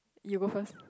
you go first